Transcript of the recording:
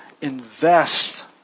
invest